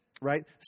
right